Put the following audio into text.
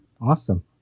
Awesome